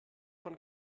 von